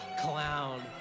clown